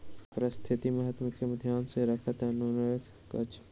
पारिस्थितिक महत्व के ध्यान मे रखैत अनेरुआ गाछ के क्षति पहुँचयबाक चाही